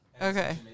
Okay